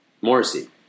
Morrissey